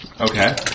Okay